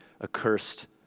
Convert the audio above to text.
accursed